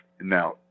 Now